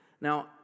Now